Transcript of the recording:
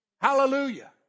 Hallelujah